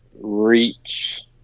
Reach